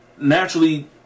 naturally